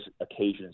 occasions